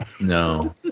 No